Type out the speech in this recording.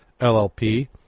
LLP